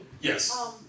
yes